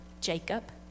Jacob